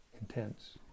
intense